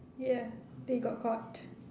ya they got caught